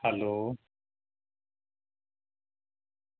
hello